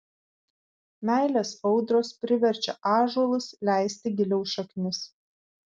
meilės audros priverčia ąžuolus leisti giliau šaknis